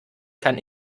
kann